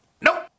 Nope